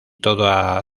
toda